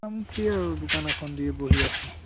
মোৰ কি আৰু দোকান এখন দি বহি আছোঁ